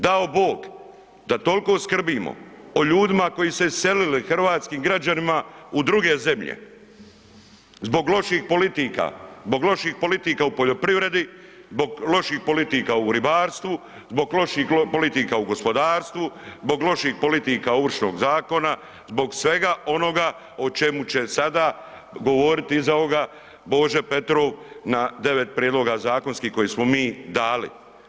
Dao Bog da tolko skrbimo o ljudima koji su se iselili, hrvatskim građanima u druge zemlje zbog loših politika, zbog loših politika u poljoprivredi, zbog loših politika u ribarstvu, zbog loših politika u gospodarstvu, zbog loših politika Ovršnog zakona, zbog svega onoga o čemu će sada govoriti iza ovoga Bože Petrov na 9 prijedloga zakonskih koje smo mi dali.